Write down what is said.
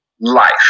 life